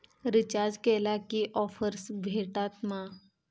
Recharge केला की offers भेटात मा?